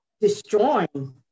destroying